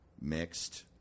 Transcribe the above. mixed